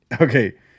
Okay